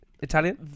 Italian